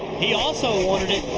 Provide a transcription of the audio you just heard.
he also wanted it.